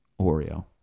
Oreo